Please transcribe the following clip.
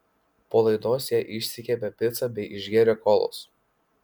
po laidos jie išsikepė picą bei išgėrė kolos